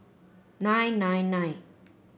nine nine nine